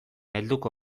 helduko